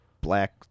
black